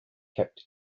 kept